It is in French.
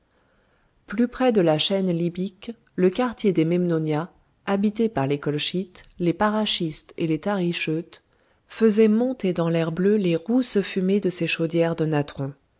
plus près de la chaîne libyque le quartier des memnonia habité par les colchytes les paraschistes et les taricheutes faisait monter dans l'air bleu les rousses fumées de ses chaudières de